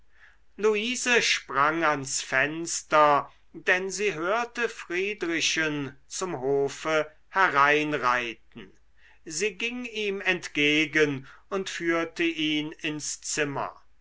luise sprang ans fenster denn sie hörte friedrichen zum hofe hereinreiten sie ging ihm entgegen und führte ihn ins zimmer